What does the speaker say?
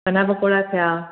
सना पकोड़ा थिया